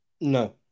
No